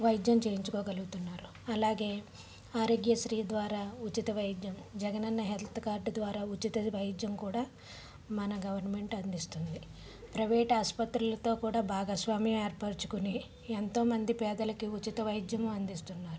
వైద్యం చేయించుకోగలుగుతున్నారు అలాగే ఆరోగ్యశ్రీ ద్వారా ఉచిత వైద్యం జగన్అన్న హెల్త్ కార్డు ద్వారా ఉచిత వైద్యం కూడా మన గవర్నమెంట్ అందిస్తున్నారు ప్రైవేట్ ఆస్పత్రులతో కూడా భాగస్వామ్యం ఏర్పరుచుకుని ఎంతో మంది పేదలకు ఉచిత వైద్యం అందిస్తుంది